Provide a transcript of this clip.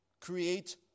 create